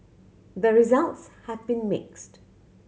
the results have been mixed